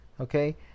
okay